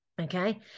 okay